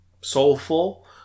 soulful